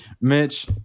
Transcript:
Mitch